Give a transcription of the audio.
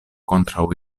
kontraŭ